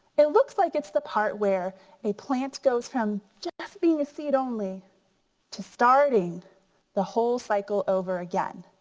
it looks like it's the part where a plant goes from just being a seed only to starting the whole cycle over again.